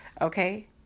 Okay